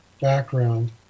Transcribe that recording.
background